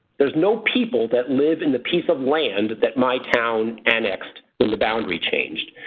there's no people that live in the piece of land that my town annexed when the boundary changed.